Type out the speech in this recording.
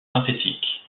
synthétique